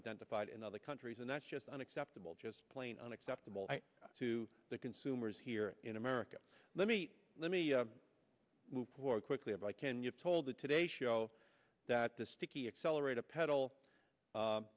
identified in other countries and that's just unacceptable just plain unacceptable to the consumers here in america let me let me move pork quickly and i can you told the today show that the sticky accelerator pedal